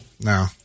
No